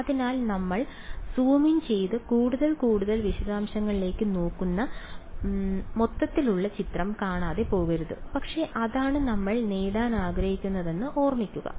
അതിനാൽ നമ്മൾ zoom in ചെയ്ത് കൂടുതൽ കൂടുതൽ വിശദാംശങ്ങളിലേക്ക് നോക്കുന്ന മൊത്തത്തിലുള്ള ചിത്രം കാണാതെ പോകരുത് പക്ഷേ അതാണ് നമ്മൾ നേടാൻ ആഗ്രഹിക്കുന്നതെന്ന് ഓർമ്മിക്കുക